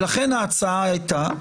לכן ההצעה שלי הייתה,